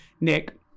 Nick